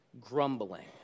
grumbling